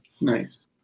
Nice